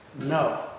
No